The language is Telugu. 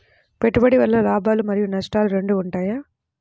పెట్టుబడి వల్ల లాభాలు మరియు నష్టాలు రెండు ఉంటాయా?